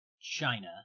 China